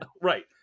Right